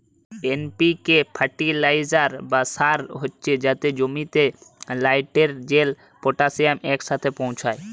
NPK fertilizer বা সার হছে যাতে জমিতে লাইটেরজেল, পটাশিয়াম ইকসাথে পৌঁছায়